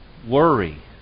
Worry